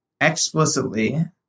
Explicitly